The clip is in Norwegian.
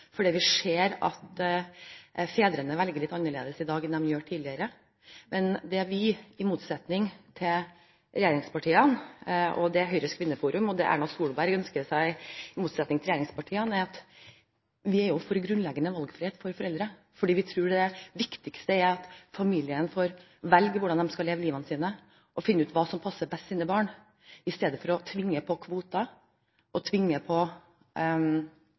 fordi vi ser at fedrene velger litt annerledes i dag enn de gjorde tidligere. Men det vi og Høyres Kvinneforum og Erna Solberg ønsker oss og er for, i motsetning til regjeringspartiene, er grunnleggende valgfrihet for foreldrene, fordi vi tror det viktigste er at familiene får velge hvordan de skal leve livet sitt, og finne ut hva som passer best for deres barn, i stedet for å tvinge på kvoter og tvinge på